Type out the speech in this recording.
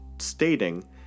stating